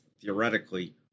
theoretically